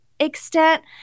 extent